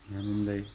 ꯃꯌꯥꯝ ꯑꯃ ꯂꯩ